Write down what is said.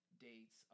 dates